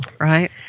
right